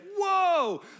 Whoa